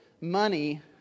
money